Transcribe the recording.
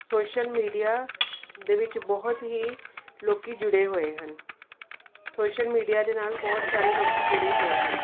social media ਦੇ ਵਿੱਚ ਬਹੁਤ ਹੀ ਲੋਕ ਜੁੜੇ ਹੋਏ ਹਨ ਸੋਸ਼ਲ ਮੀਡੀਆ ਦੇ ਨਾਲ ਬਹੁਤ ਸਾਰੇ ਲੋਕ ਜੁੜੇ ਹੋਏ ਹਨ